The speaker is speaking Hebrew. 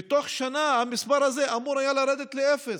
ותוך שנה המספר היה אמור לרדת לאפס.